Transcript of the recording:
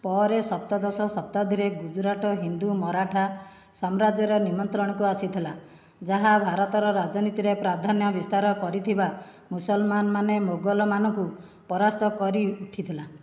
ପରେ ସପ୍ତଦଶ ଶତାବ୍ଦୀରେ ଗୁଜୁରାଟ ହିନ୍ଦୁ ମରାଠା ସାମ୍ରାଜ୍ୟର ନିମନ୍ତ୍ରଣକୁ ଆସିଥିଲା ଯାହା ଭାରତର ରାଜନୀତିରେ ପ୍ରାଧାନ୍ୟ ବିସ୍ତାର କରିଥିବା ମୁସଲମାନ ମାନେ ମୋଗଲମାନଙ୍କୁ ପରାସ୍ତ କରି ଉଠିଥିଲା